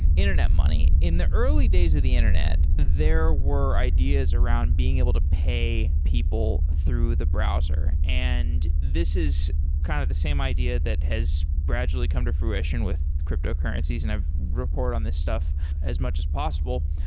internet money in the early days of the internet there were ideas around being able to pay people through the browser. and this is kind of the same idea that has gradually come to fruition with cryptocurrencies and i've report on this stuff as much as possible.